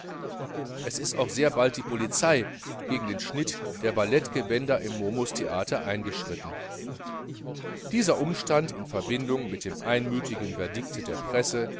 es ist auch sehr bald die polizei gegen den schnitt der balletgewänder im momustheater eingeschritten dieser umstand in verbindung mit dem einmütigen verdikte der presse